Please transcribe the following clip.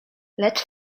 lecz